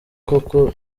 koko